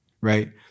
right